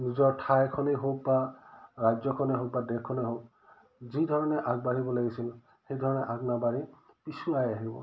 নিজৰ ঠাইখনেই হওক বা ৰাজ্যখনেই হওক বা দেশখনেই হওক যি ধৰণে আগবাঢ়িব লাগিছিল সেইধৰণে আগ নাবাঢ়ি পিছুৱাই আহিব